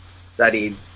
studied